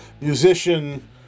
musician